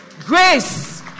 grace